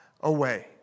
away